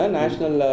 national